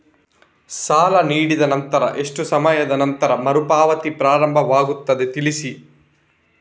ಸಾಲ ನೀಡಿದ ನಂತರ ಎಷ್ಟು ಸಮಯದ ನಂತರ ಮರುಪಾವತಿ ಪ್ರಾರಂಭವಾಗುತ್ತದೆ ತಿಳಿಸಿ?